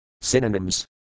SYNONYMS